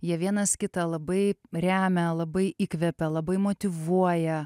jie vienas kitą labai remia labai įkvepia labai motyvuoja